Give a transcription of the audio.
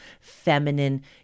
feminine